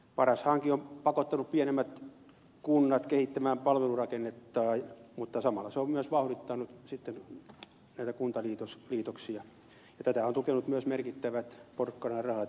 paras hanke on pakottanut pienemmät kunnat kehittämään palvelurakennettaan mutta samalla se on myös vauhdittanut näitä kuntaliitoksia ja tätä ovat tukeneet myös merkittävät porkkanarahat elikkä yhdistymisavustukset